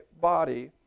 body